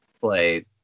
play